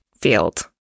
field